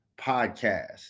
podcast